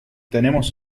tenemos